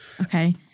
Okay